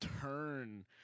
turn